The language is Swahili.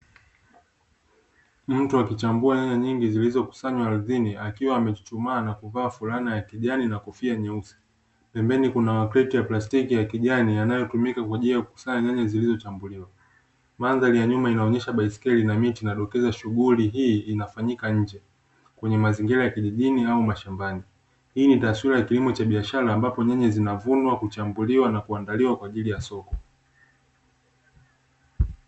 Mtu akichambua nyanya nyingi zilizokusanywa ardhini akiwa amejichuchumaa na kuvaa fulana ya kijani na kofia nyeusi. Pembeni kuna makreti ya plastiki ya kijani inayotumika kwa ajili ya kukusanya nyanya zilizochambuliwa. Mandhari ya nyuma inaonyesha baiskeli na miti na inadokeza shughuli hii inafanyika nje kwenye mazingira ya kijijini au mashambani. Hii ni taswira ya kilimo cha biashara ambapo nyanya zinavunwa, kuchambuliwa na kuandaliwa kwa ajili ya soko.